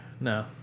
No